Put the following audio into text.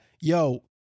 yo